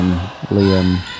Liam